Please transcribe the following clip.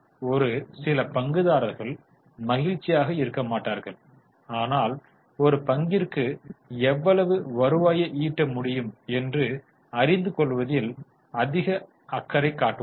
ஒரு சில பங்குதாரர்கள் மகிழ்ச்சியாக இருக்க மாட்டார்கள் ஆனால் ஒரு பங்கிற்கு எவ்வளவு வருவாயை ஈட்ட முடியும் என்று அறிந்து கொள்வதில் அதிக காட்டுவார்கள்